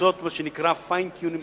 לעשות מה שנקרא fine tuning בתקציב.